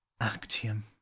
Actium